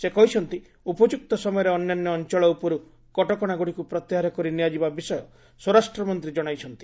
ସେ କହିଛନ୍ତି ଉପଯୁକ୍ତ ସମୟରେ ଅନ୍ୟାନ୍ୟ ଅଞ୍ଚଳ ଉପରୁ କଟକଶାଗୁଡ଼ିକୁ ପ୍ରତ୍ୟାହାର କରିନିଆଯିବା ବିଷୟ ସ୍ୱରାଷ୍ଟ୍ରମନ୍ତ୍ରୀ ଜଣାଇଛନ୍ତି